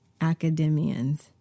academians